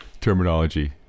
terminology